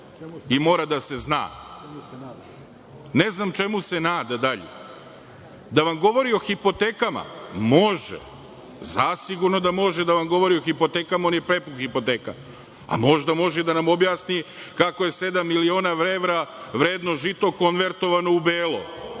i mora da se zna. Ne znam čemu se nada dalje. Da vam govori o hipotekama? Može, zasigurno da može da vam govori o hipotekama, on je prepun hipoteka. Možda može i da nam objasni kako je sedam miliona evra vredno žito konvertovano u belo